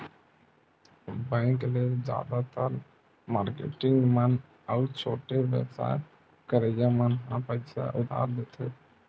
bank ले जादातर marketing मन अउ छोटे बेवसाय करइया मन ह पइसा उधार लेथे